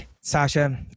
Sasha